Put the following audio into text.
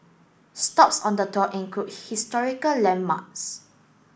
stops on the tour include historical landmarks